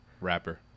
rapper